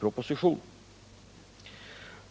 propositionen.